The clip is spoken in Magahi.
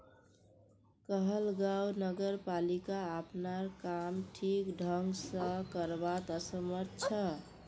कहलगांव नगरपालिका अपनार काम ठीक ढंग स करवात असमर्थ छ